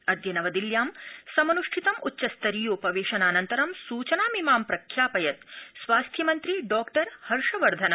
अदय नवदिल्ल्यां समनृष्ठितं उच्चस्तरीयोपवेशनानन्तरं सुचनामिमां प्रख्यापयत् स्वास्थ्यमन्त्री डॉ हर्षवर्धन